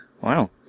Wow